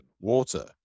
water